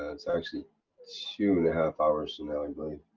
ah it's actually two and a half hours from now, and but